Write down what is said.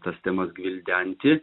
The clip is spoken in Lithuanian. tas temas gvildenti